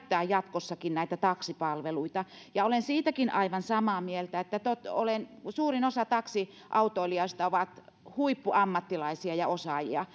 käyttää jatkossakin näitä taksipalveluita olen siitäkin aivan samaa mieltä että suurin osa taksiautoilijoista on huippuammattilaisia ja osaajia